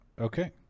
okay